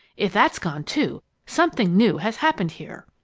if that's gone, too, something new has happened here!